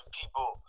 people